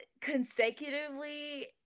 consecutively